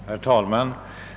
Herr talman!